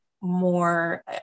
more